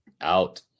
Out